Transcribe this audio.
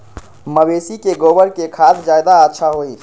मवेसी के गोबर के खाद ज्यादा अच्छा होई?